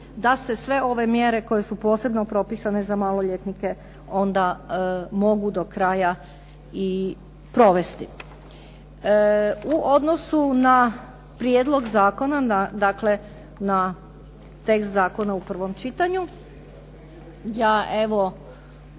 da se sve ove mjere koje su posebno propisane za maloljetnike onda mogu do kraja i provesti. U odnosu na prijedlog zakona, dakle na tekst zakona u prvom čitanju, ja evo